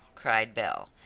cried belle,